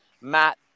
Matt